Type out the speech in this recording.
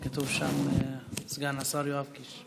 כתוב שם סגן השר יואב קיש.